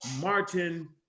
Martin